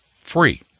free